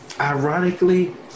ironically